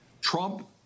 Trump